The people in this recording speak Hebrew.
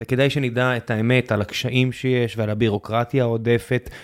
וכדאי שנדע את האמת על הקשיים שיש ועל הבירוקרטיה העודפת.